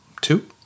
two